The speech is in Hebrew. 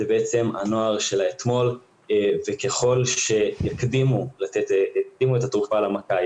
אלה הנוער של האתמול וככל שיקדימו את התרופה למכה,